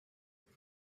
nous